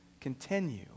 continue